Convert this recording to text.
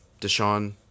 Deshaun